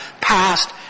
past